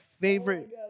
favorite